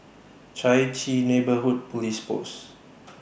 Chai Chee Neighbourhood Police Post